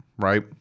right